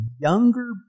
younger